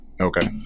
Okay